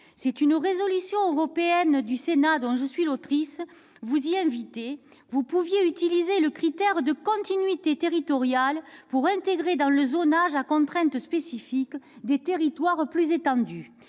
Comme une résolution européenne du Sénat dont je suis l'autrice vous y invitait, vous pouviez utiliser le critère de continuité territoriale pour intégrer dans le zonage à contraintes spécifiques des territoires plus étendus,